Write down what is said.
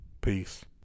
Peace